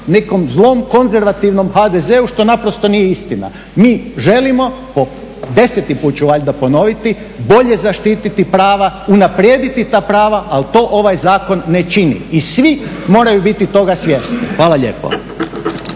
nekom zlom, konzervativnom HDZ-u što naprosto nije istina. Mi želimo po deseti puta ću valjda ponoviti, bolje zaštititi prava, unaprijediti ta prava, ali to ovaj zakon ne čini i svi moraju biti toga svjesni. Hvala lijepo.